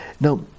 Now